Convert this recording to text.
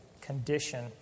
condition